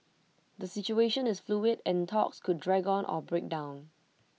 the situation is fluid and talks could drag on or break down